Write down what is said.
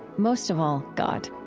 most of all god.